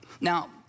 Now